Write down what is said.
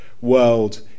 world